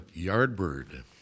Yardbird